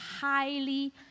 highly